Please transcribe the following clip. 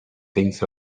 thinks